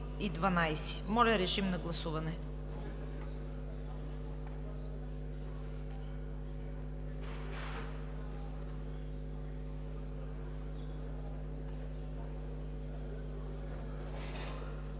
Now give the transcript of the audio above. Моля, режим на гласуване